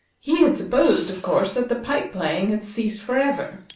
he had supposed, of course, that the pipe-playing had ceased forever,